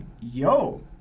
yo